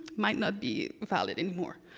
might not be valid anymore.